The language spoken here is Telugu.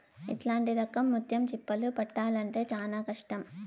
ఇట్లాంటి రకం ముత్యం చిప్పలు పట్టాల్లంటే చానా కష్టం